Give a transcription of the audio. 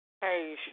Hey